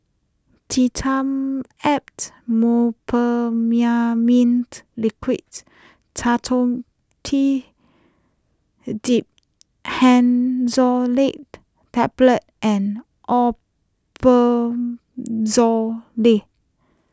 Dimetapp Brompheniramine Liquid Dhamotil Diphenoxylate Tablets and Omeprazole